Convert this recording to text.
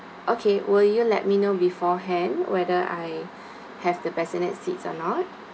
okay will you let me know beforehand whether I have the bassinet seats or not